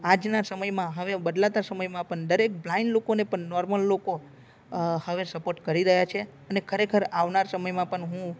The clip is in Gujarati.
આજના સમયમાં હવે બદલાતા સમયમાં પણ દરેક બ્લાઇન્ડ લોકોને પણ નોર્મલ લોકો હવે સપોર્ટ કરી રહ્યા છે અને ખરેખર આવનાર સમયમાં પણ હું